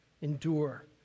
endure